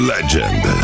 Legend